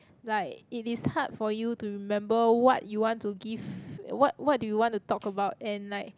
like it is hard for you to remember what you want give what what do you want to talk about and like